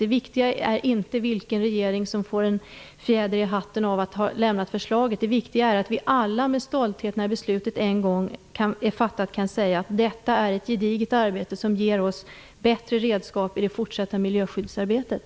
Det viktiga är inte vilken regering som får en fjäder i hatten genom att ha lämnat förslaget. Det viktiga är att vi alla, när beslutet en gång är fattat, med stolthet kan säga att detta är ett gediget arbete som ger oss bättre redskap i det fortsatta miljöskyddsarbetet.